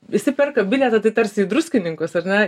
visi perka bilietą tai tarsi į druskininkus ar ne